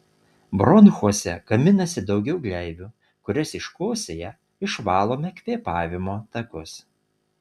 bronchuose gaminasi daugiau gleivių kurias iškosėję išvalome kvėpavimo takus